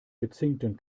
gezinkten